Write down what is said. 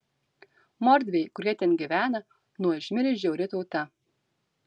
mordviai kurie ten gyvena nuožmi ir žiauri tauta